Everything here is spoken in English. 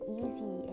easy